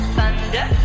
Thunder